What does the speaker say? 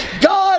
God